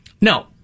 No